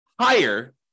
higher